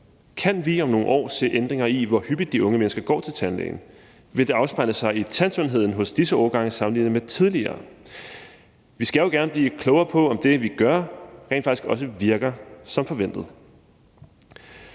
Kan vi om nogle år se ændringer i, hvor hyppigt de unge mennesker går til tandlægen? Vil det afspejle sig i tandsundheden hos disse årgange sammenlignet med tidligere? Vi skal jo gerne blive klogere på, om det, vi gør, rent faktisk også virker som forventet.